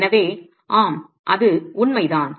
எனவே ஆம் அது உண்மைதான்